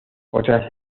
otras